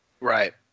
Right